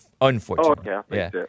unfortunately